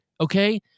okay